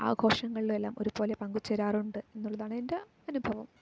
ആഘോഷങ്ങളിലും എല്ലാം ഒരുപോലെ പങ്കു ചേരാറുണ്ട് എന്നുള്ളതാണ് എൻ്റെ അനുഭവം